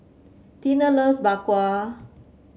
Tinie loves Bak Kwa